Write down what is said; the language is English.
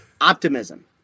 Optimism